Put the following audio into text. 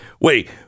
wait